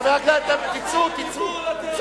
חברי הכנסת, תצאו, תצאו.